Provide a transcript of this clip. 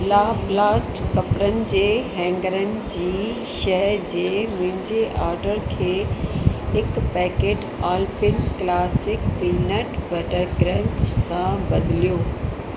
LaBlast कपिड़नि जे हैंगरनि जी शइ जे मुंहिंजे ऑडर खे हिकु packet Alpino classic peanut butter crunch सां बदिलियो